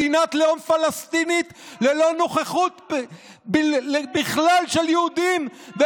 בעד מדינת לאום פלסטינית ללא נוכחות של יהודים בכלל,